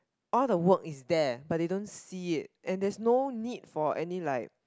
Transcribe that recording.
all the work is there but they don't see it and there's no need for any like